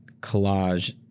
collage